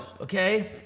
okay